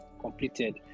completed